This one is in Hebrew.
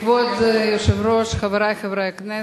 כבוד היושב-ראש, חברי חברי הכנסת,